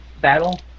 battle